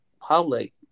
public